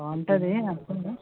బాగుంటుంది అనుకుందాం